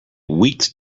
weeks